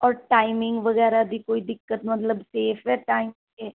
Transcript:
ਔਰ ਟਾਈਮਿੰਗ ਵਗੈਰਾ ਦੀ ਕੋਈ ਦਿੱਕਤ ਮਤਲਬ ਸੇਫ ਹੈ ਟਾਈਮ 'ਤੇ